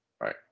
right